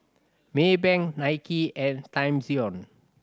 Maybank Nike and Timezone